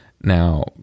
Now